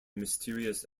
mysterious